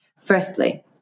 Firstly